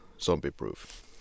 zombie-proof